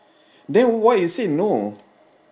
then why you said no